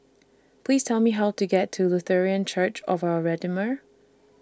Please Tell Me How to get to Lutheran Church of Our Redeemer